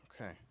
Okay